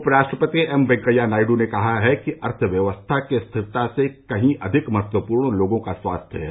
उपराष्ट्रपति एम वेंकैया नायडू ने कहा है कि अर्थव्यवस्था की स्थिरता से कहीं अधिक महत्वपूर्ण लोगों का स्वास्थ्य है